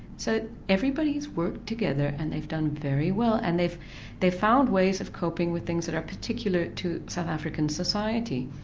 so everybody's worked together and they've done very well and they've they've found ways of coping with things that are particular to south african society.